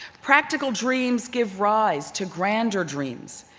practical dreams give rise to grander dreams.